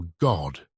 God